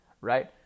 right